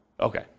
Okay